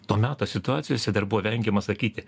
to meto situacijose dar buvo vengiama sakyti